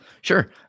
Sure